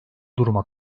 duruma